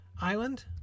Island